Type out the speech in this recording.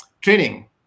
training